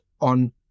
on